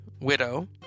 widow